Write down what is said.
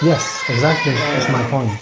yes, exactly, that's my point.